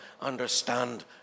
understand